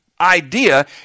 idea